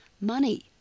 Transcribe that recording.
money